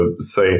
say